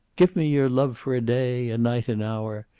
give me your love for a day a night an hour.